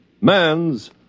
man's